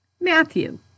Matthew